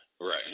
Right